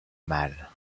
mâle